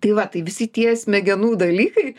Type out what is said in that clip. tai va tai visi tie smegenų dalykai